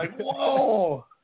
whoa